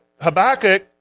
Habakkuk